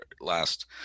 last